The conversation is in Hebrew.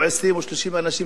או 20 או 30 אנשים,